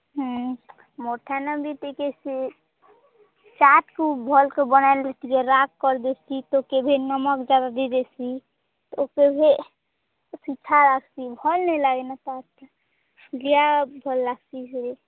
ହୁଁ ମୋ ଠାନ ବି ଟିକେ ସେ ଶାଗକୁ ଭଲ୍ କେ ବନା ନି ରାକ୍ କର୍ ଦେସି କେଭେ ନମକ ଯାଦା ଦେଇ ଦେସି ଆଉ କେବେ ସିଧା ଲାଗ୍ସି ଭଲ୍ ନାଇ ଲାଗିନ ତ ଲିଆ ଭଲ୍ ଲାଗ୍ସି ହେରି